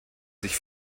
sich